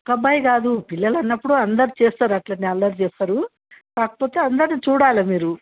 ఒక్క అబ్బాయి కాదు పిల్లలు అన్నప్పుడు అందరు చేస్తారు అట్లనే అల్లరి చేస్తారు కాకపోతే అందరినీ చూడాలి మీరు